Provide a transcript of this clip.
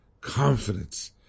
confidence